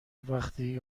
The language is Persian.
وقتی